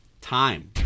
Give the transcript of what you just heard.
Time